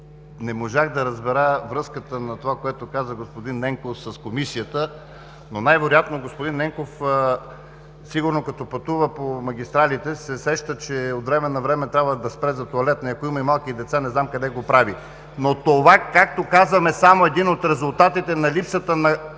Не можах да разбера връзката на това, което каза господин Ненков, с Комисията. Най-вероятно господин Ненков сигурно като пътува по магистралите се сеща, че от време на време трябва да спре за тоалетна и, ако има и малки деца, не знам къде го прави?! Това, както казвам, е само един от резултатите за липсата на